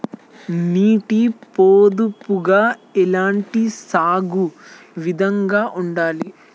నీటి పొదుపుగా ఎలాంటి సాగు విధంగా ఉండాలి?